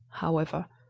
however,